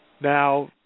Now